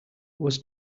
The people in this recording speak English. was